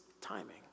timing